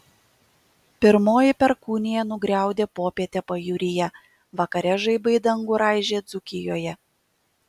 pirmoji perkūnija nugriaudė popietę pajūryje vakare žaibai dangų raižė dzūkijoje